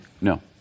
No